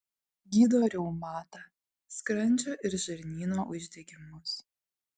gydo reumatą skrandžio ir žarnyno uždegimus